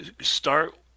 start